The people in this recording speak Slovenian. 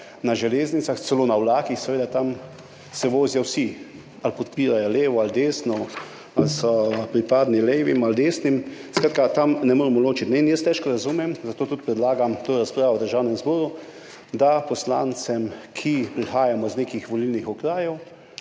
na železnicah, celo na vlakih, seveda, tam se vozijo vsi, ali podpirajo levo ali desno, ali pripadajo levim ali desnim, skratka, tam ne moremo ločiti. In težko razumem – zato tudi predlagam to razpravo v Državnem zboru – da se poslancem, ki prihajamo iz nekih volilnih okrajev,